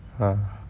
ah